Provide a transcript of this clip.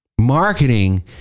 Marketing